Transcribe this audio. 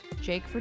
Jake